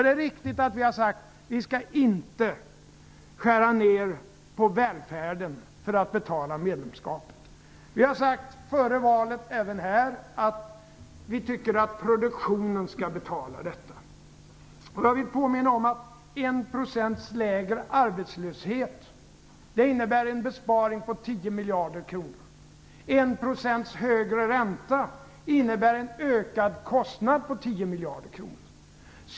Det är riktigt att vi socialdemokrater har sagt att medlemskapet inte skall betalas genom att skära ned på välfärden. Även på den punkten sade vi redan före valet att vi anser att produktionen skall betala det. Jag vill påminna om att 1 % högre ränta innebär en ökad kostnad på 10 miljarder kronor och att 1 % lägre arbetslöshet innebär en besparing på 10 miljarder kronor.